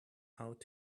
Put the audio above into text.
out